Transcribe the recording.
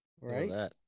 Right